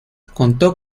contó